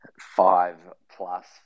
five-plus